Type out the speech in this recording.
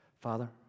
Father